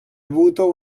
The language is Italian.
avuto